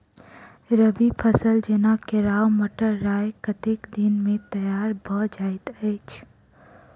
रबी फसल जेना केराव, मटर, राय कतेक दिन मे तैयार भँ जाइत अछि?